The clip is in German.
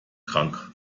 krank